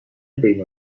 بین